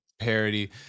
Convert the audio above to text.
parody